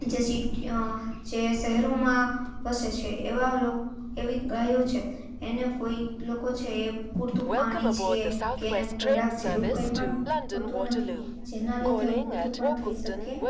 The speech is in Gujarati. જે જે શહેરોમાં વસે છે એવાં એવી ગાયો છે એને કોઈ લોકો છે એ પૂરતું પાણી છે કે ને ખોરાક છે એવું કંઇ પણ હોતું નથી જેનાં લીધે એવું બધું પણ થઇ શકે